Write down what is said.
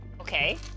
Okay